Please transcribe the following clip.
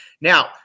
now